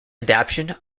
adaption